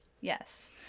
Yes